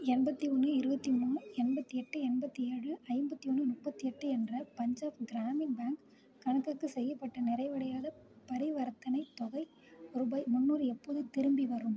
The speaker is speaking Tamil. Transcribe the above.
எண்பத்தொன்று இருபத்தி மூணு எண்பத்தி எட்டு எண்பத்தி ஏழு ஐம்பத்தி ஒன்று முப்பத்தி எட்டு என்ற பஞ்சாப் கிராமின் பேங்க் கணக்குக்கு செய்யப்பட்ட நிறைவடையாத பரிவர்த்தனை தொகை ரூபாய் முந்நூறு எப்போது திரும்பி வரும்